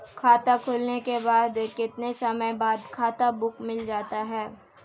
खाता खुलने के कितने समय बाद खाता बुक मिल जाती है?